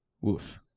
Woof